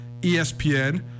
ESPN